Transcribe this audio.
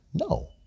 No